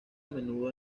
menudo